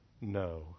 No